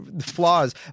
flaws